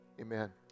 Amen